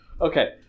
Okay